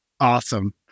Awesome